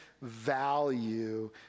value